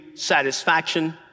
satisfaction